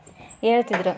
ಹೇಳ್ತಿದ್ರು